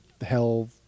hell